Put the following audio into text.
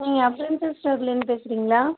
நீங்கள் அப்ளையன்சஸ் ஸ்டோர்லிருந்து பேசுகிறீங்களா